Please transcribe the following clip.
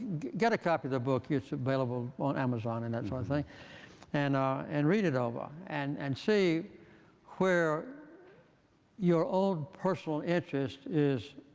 get a copy of the book. it's available on amazon and that sort of thing and and read it over and and see where your own personal interest is